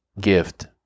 gift